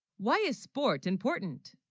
why, is sport important